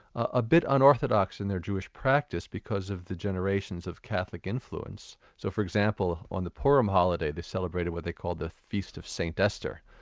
a bit unorthodox unorthodox in their jewish practice because of the generations of catholic influence. so for example, on the purim holiday, they celebrated what they called the feast of st esther.